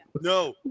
No